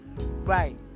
Right